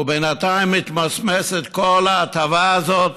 ובינתיים מתמסמסת כל ההטבה הזאת